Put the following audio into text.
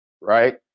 right